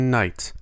night